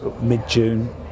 mid-June